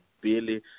Billy